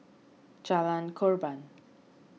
Jalan Korban